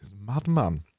madman